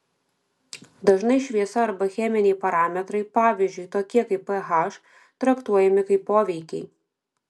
dažnai šviesa arba cheminiai parametrai pavyzdžiui tokie kaip ph traktuojami kaip poveikiai